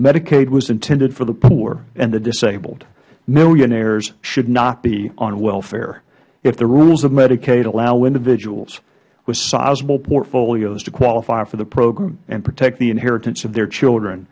medicaid was intended for the poor and the disabled millionaires should not be on welfare if the rules of medicaid allow individuals with sizable portfolios to qualify for the program and protect the inheritance of their children